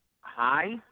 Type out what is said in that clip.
hi